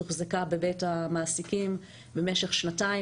הוחזקה בבית המעסיקים במשך שנתיים,